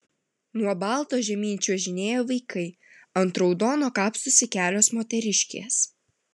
nuo balto žemyn čiuožinėja vaikai ant raudono kapstosi kelios moteriškės